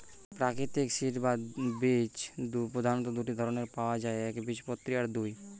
প্রাকৃতিক সিড বা বীজ প্রধাণত দুটো ধরণের পায়া যায় একবীজপত্রী আর দুই